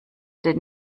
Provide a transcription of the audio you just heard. die